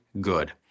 good